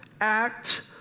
act